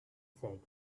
said